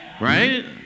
Right